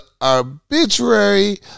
arbitrary